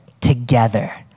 together